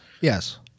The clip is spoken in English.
Yes